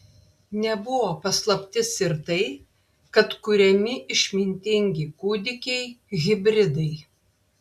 nebuvo paslaptis ir tai kad kuriami išmintingi kūdikiai hibridai